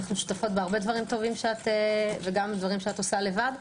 אנו שותפות בדברים רבים וגם בדברים שאת עושה לבד.